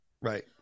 right